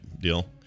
deal